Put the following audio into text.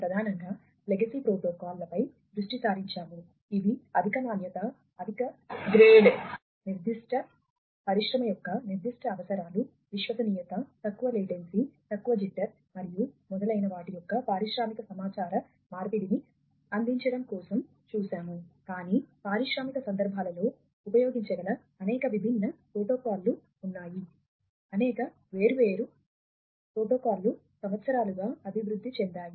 connectivity ఆధారిత communication మరియు మొదలైన వాటితో అనేక వేర్వేరు ప్రోటోకాల్లు అభివృద్ధి చెందాయి